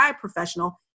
professional